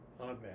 Amen